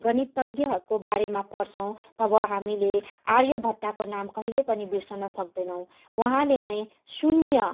गणितज्ञको बारेमा पढ़छौँ तब हामीले आर्यभट्टको नाम कहिले पनि बिर्सन सक्दैनौँ उहाँले नै शून्य